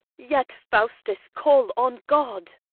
yet, faustus, call on god.